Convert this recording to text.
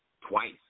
twice